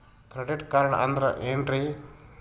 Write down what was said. Credit card ಅಂದ್ರ ಏನ್ರೀ?